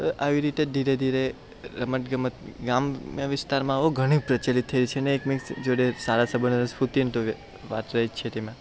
તો આવી રીતે ધીરે ધીરે રમત ગમત ગ્રામ્ય વિસ્તારમાં ઘણી પ્રચલિત થઈ રહી છે અને એકમેક સાથે સારા સબંધો અને સ્ફૂર્તિની વાત રહે જ છે તેમાં